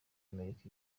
amerika